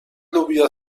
لوبیا